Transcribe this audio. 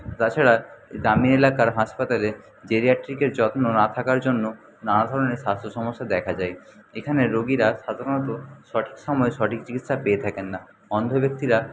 তাছাড়া দামি এলাকার হাসপাতালে জেডিয়াট্রিকের যত্ন না থাকার জন্য নানা ধরনের স্বাস্থ্য সমস্যা দেখা যায় এখানে রোগীরা সাধারণত সঠিক সময়ে সঠিক চিকিৎসা পেয়ে থাকেন না অন্ধ ব্যক্তিরা